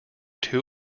two